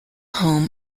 home